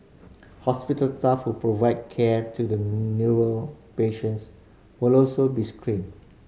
hospital staff who provided care to the patients will also be screened